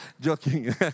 Joking